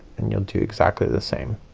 and you'll do exactly the same.